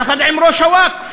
יחד עם ראש הווקף,